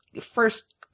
first